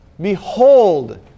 Behold